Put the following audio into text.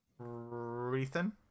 Rethan